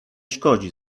szkodzi